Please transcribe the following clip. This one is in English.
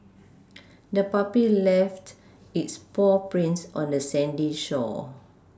the puppy left its paw prints on the sandy shore